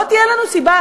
לא תהיה לנו סיבה,